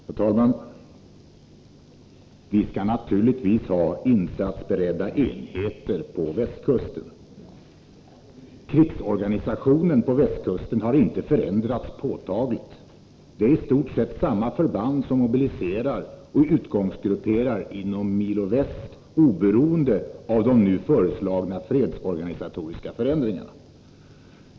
Herr talman! Vi skall naturligtvis ha insatsberedda enheter på västkusten. Krigsorganisationen på västkusten har inte förändrats påtagligt. I stort sett samma förband mobiliserar och utgångsgrupperar inom Milo Väst, oberoende av de nu föreslagna fredsorganisatoriska förändringarna.